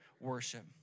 worship